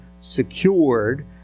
secured